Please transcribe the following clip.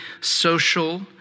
social